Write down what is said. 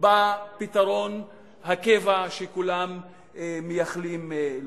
בפתרון הקבע שכולם מייחלים לו?